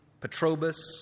Petrobus